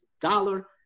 dollar